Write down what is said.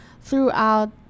throughout